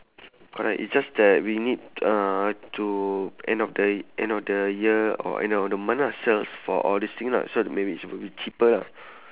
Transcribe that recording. correct it's just that we need uh to end of the end of the year or end of the month ah search for all these thing lah so maybe is suppose to be cheaper lah